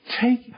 take